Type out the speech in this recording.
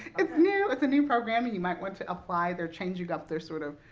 it's new. it's a new program, and you might want to apply. they're changing up there, sort of,